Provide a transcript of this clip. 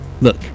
Look